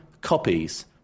copies